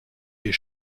est